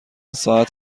ساعت